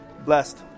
Blessed